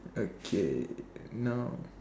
okay now